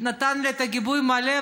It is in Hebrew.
נתן לי גיבוי מלא,